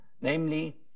namely